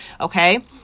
Okay